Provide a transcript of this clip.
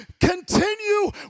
Continue